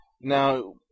Now